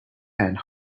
and